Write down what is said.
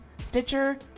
Stitcher